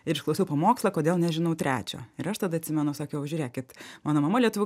ir išklausiau pamokslą kodėl nežinau trečio ir aš tada atsimenu sakiau žiūrėkit mano mama lietuvių